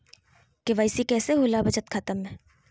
KYC कैसे होला बचत खाता में?